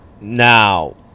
now